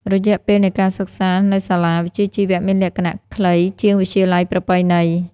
រយៈពេលនៃការសិក្សា នៅសាលាវិជ្ជាជីវៈមានលក្ខណៈខ្លីជាងវិទ្យាល័យប្រពៃណី។